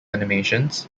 animations